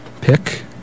pick